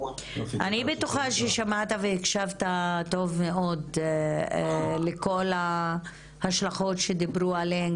אני בטוחה ששמעת והקשבת טוב מאוד לכל ההשלכות שדיברו עליהן,